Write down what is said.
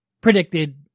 predicted